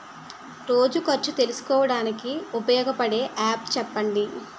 రోజు ఖర్చు తెలుసుకోవడానికి ఉపయోగపడే యాప్ చెప్పండీ?